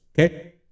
okay